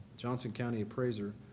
johnson county appraiser,